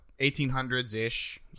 1800s-ish